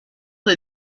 des